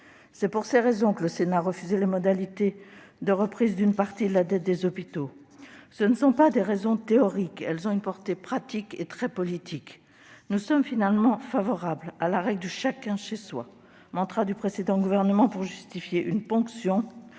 C'est pour ces raisons que le Sénat a refusé les modalités de reprise d'une partie de la dette des hôpitaux. Ce ne sont pas des raisons théoriques : elles ont une portée pratique et très politique. Nous sommes finalement favorables à la règle du « chacun chez soi », mantra du précédent Gouvernement pour justifier une ponction